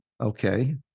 Okay